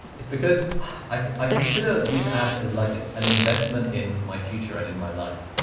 it's because i consider these apps as like an investment in my future and in my life.